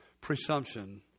presumption